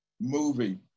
movie